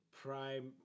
prime